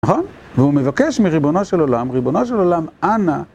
נכון? והוא מבקש מריבונו של עולם, ריבונו של עולם, אנא,